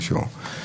למשל: